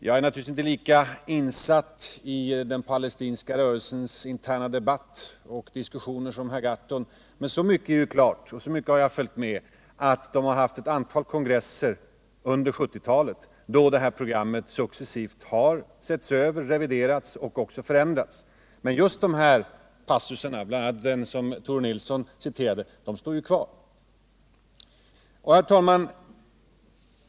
Jag är naturligtvis inte lika insatt i den palestinska rörelsens interna debatt och diskussioner som herr Gahrton, men så mycket har jag följt med att jag vet, att organisationen haft ett antal kongresser under 1970-talet, där dess program successivt har setts över och reviderats. Men just de aktuella passusarna, bl.a. den som Tore Nilsson citerade, står kvar. Herr talman!